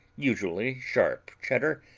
usually sharp cheddar,